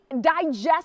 digest